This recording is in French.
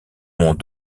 monts